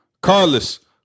Carlos